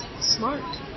smart